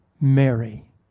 Mary